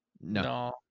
No